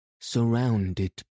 surrounded